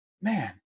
man